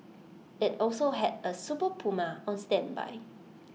IT also had A super Puma on standby